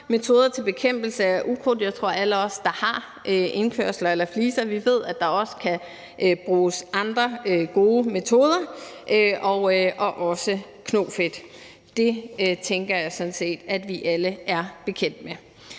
metoder til bekæmpelse af ukrudt. Jeg tror, at alle os, der har indkørsler eller fliser, ved, at der også kan bruges andre gode metoder – og også knofedt. Det tænker jeg sådan set at vi alle er bekendt med.